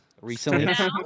recently